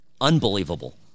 Unbelievable